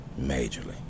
majorly